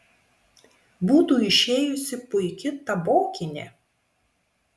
būtų išėjusi puiki tabokinė